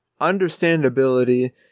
Understandability